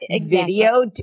video